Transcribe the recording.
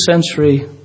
century